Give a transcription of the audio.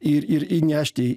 ir ir įnešti